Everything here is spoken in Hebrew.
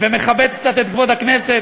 ומכבד קצת את הכנסת.